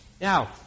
Now